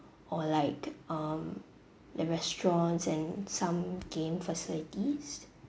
or like um the restaurants and some game facilities